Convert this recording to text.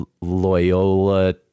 Loyola